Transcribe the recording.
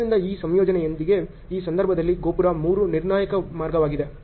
ಆದ್ದರಿಂದ ಈ ಸಂಯೋಜನೆಯೊಂದಿಗೆ ಈ ಸಂದರ್ಭದಲ್ಲಿ ಗೋಪುರ 3 ನಿರ್ಣಾಯಕ ಮಾರ್ಗವಾಗಿದೆ